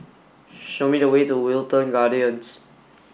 show me the way to Wilton Gardens